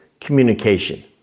communication